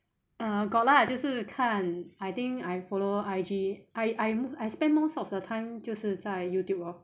uh got lah 就是看 I think I follow I_G I I spend most of the time 就是在 Youtube lor